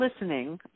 listening